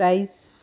price